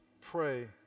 pray